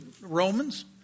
Romans